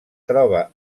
troba